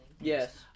Yes